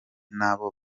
n’abo